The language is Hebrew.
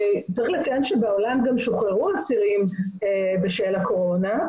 צריך לציין שבעולם גם שוחררו אסירים בשל הקורונה,